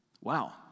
Wow